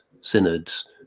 synods